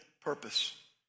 purpose